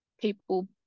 people